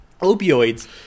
opioids